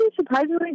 surprisingly